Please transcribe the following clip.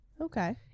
Okay